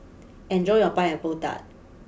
enjoy your Pineapple Tart